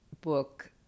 book